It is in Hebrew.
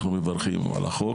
אנחנו מברכים על החוק,